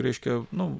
reiškia nu